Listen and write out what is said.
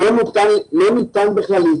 אנחנו כמובן נהיה בקשר בנושא הזה.